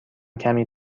کمی